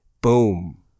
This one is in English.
Boom